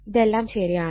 ഇതെല്ലാം ശരിയാണ്